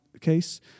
case